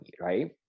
right